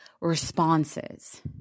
responses